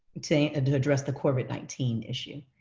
to and to address the covid nineteen issue.